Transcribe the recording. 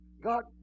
God